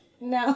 No